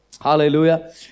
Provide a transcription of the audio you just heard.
Hallelujah